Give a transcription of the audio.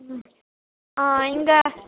ம் ஆ இங்கே